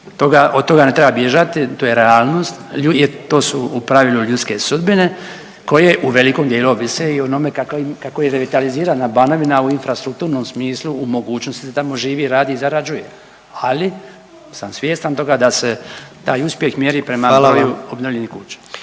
od toga ne treba bježati, to je realnost, jer to su u pravilu ljudske sudbine koje u velikom dijelu ovise i onome kako je revitalizirana Banovina u infrastrukturnom smislu u mogućnosti da se tamo živi, radi i zarađuje, ali sam svjestan toga da se taj uspjeh mjeri prema broju